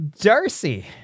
Darcy